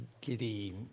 giddy